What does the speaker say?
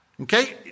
Okay